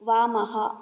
वामः